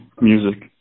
Music